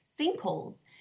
sinkholes